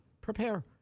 prepare